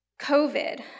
COVID